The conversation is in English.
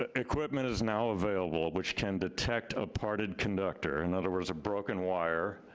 ah equipment is now available which can detect a parted conductor, in other words a broken wire,